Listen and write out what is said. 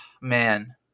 man